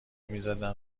میزدن